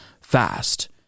fast